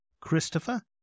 Christopher